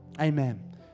amen